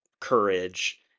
courage